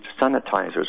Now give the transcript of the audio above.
sanitizers